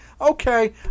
Okay